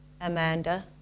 Amanda